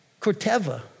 Corteva